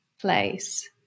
place